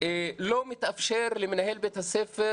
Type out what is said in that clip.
לא מתאפשר למנהל בית הספר